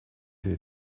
две